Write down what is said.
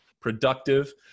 productive